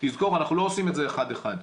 תזכור אנחנו לא עושים את זה אחד אחד,